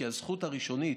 כי הזכות הראשונית,